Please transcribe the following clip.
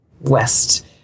west